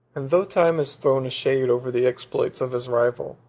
and though time has thrown a shade over the exploits of his rival,